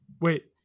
Wait